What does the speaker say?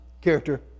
character